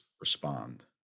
respond